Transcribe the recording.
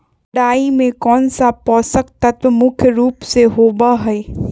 राई में कौन सा पौषक तत्व मुख्य रुप से होबा हई?